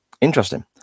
interesting